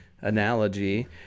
analogy